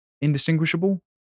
indistinguishable